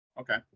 okay